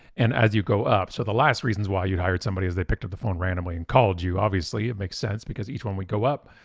and as you go up, so the last reasons why you'd hired somebody as they picked up the phone randomly and called you, obviously it makes sense because each we go up,